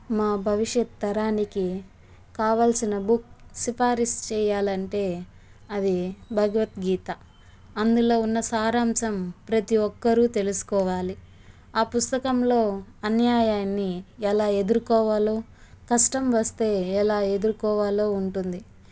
మా భవిష్యత్ తరానికి కావలసిన బుక్ సిఫారిస్ చేయాలంటే అది భగవద్గీత అందులో ఉన్న సారాంశం ప్రతి ఒక్కరూ తెలుసుకోవాలి ఆ పుస్తకంలో అన్యాయాన్ని ఎలా ఎదుర్కోవాలో కష్టం వస్తే ఎలా ఎదుర్కోవాలో ఉంటుంది